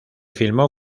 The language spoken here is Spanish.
filmó